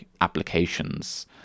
applications